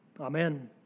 Amen